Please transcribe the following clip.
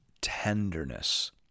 tenderness